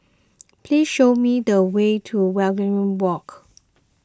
please show me the way to Waringin Walk